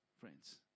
friends